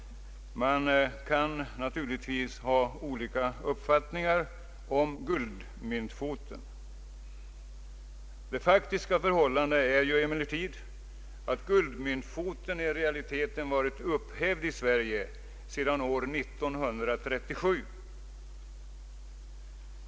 Man kan naturligtvis ha olika uppfattningar om guldmyntfoten. Det faktiska förhållandet är emellertid att guldmyntfoten i realiteten varit upphävd i Sverige sedan år 1937.